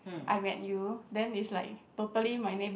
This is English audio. I met you then it's like totally my neighbour